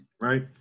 right